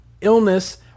illness